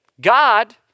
God